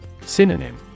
Synonym